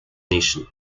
nation